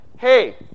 hey